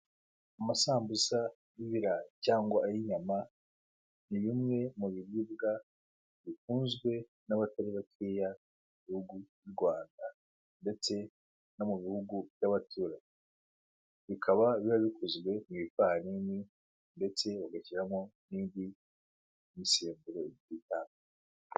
Amasambusa y'ibirayi cyangwa ay'inyama, ni bimwe mu biribwa bikunzwe n'abatari bake m gihugu cy'u Rwanda ndetse no mu bihugu by'abaturanyi. Bikaba biba bikozwe mu ifarini, ndetse ugashyiramo n'indi misemburo itandukanye.